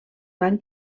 van